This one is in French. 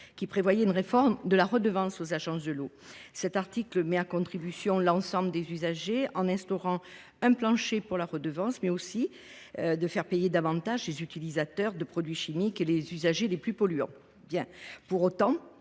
qui prévoit une réforme des redevances des agences de l’eau. Cet article met à contribution l’ensemble des usagers, en instaurant un plancher pour les redevances. De plus, les utilisateurs de produits chimiques et les usagers les plus polluants